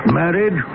married